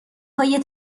های